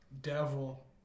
devil